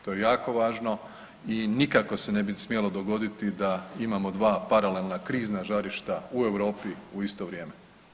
To je jako važno i nikako se ne bi smjelo dogoditi da imamo 2 paralelna krizna žarišta u Europi u isto vrijeme.